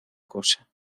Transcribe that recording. cosa